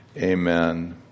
Amen